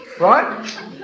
Right